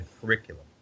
curriculum